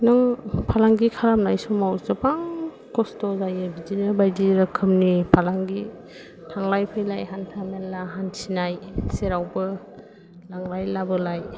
नों फालांगि खालामनाय समाव गोबां खस्थ' जायो बिदिनो बायदि रोखोमनि फालांगि थांलाय फैलाय हान्थामेला हान्थिनाय जेरावबो लांलाय लाबोलाय